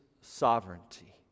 sovereignty